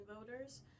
Voters